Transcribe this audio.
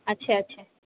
अच्छा अच्छा